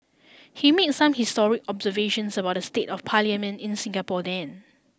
he made some historic observations about the state of parliament in Singapore then